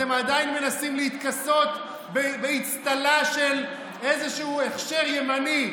אתם עדיין מנסים להתכסות באצטלה של איזשהו הכשר ימני,